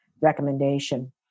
recommendation